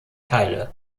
teile